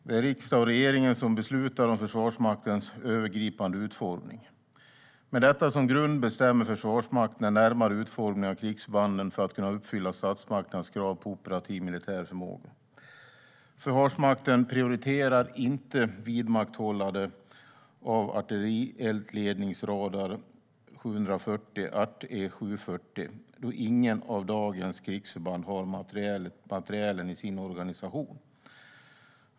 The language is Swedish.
Det är riksdagen och regeringen som beslutar om Försvarsmaktens övergripande utformning. Med detta som grund bestämmer Försvarsmakten den närmare utformningen av krigsförbanden för att kunna uppfylla statsmakternas krav på operativ militär förmåga. Försvarsmakten prioriterar inte vidmakthållande av artillerieldledningsradar 740 då inget av dagens krigsförband har materielen i sin organisation.